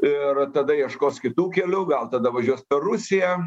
ir tada ieškos kitų kelių gal tada važiuos per rusiją